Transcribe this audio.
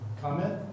comment